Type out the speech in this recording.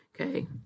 Okay